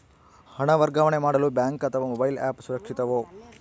ಹಣ ವರ್ಗಾವಣೆ ಮಾಡಲು ಬ್ಯಾಂಕ್ ಅಥವಾ ಮೋಬೈಲ್ ಆ್ಯಪ್ ಸುರಕ್ಷಿತವೋ?